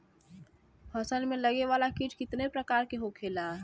फसल में लगे वाला कीट कितने प्रकार के होखेला?